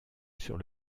sur